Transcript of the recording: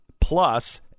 plus